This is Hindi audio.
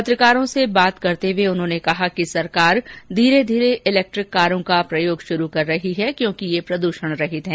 पत्रकारों से बात करते हुए उन्होंने कहा कि सरकार धीरे धीरे इलेक्ट्रिक कारों का प्रयोग शुरू कर रही है क्योंकि ये प्रदूषण रहित हैं